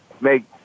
make